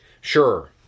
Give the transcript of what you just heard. sure